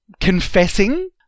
confessing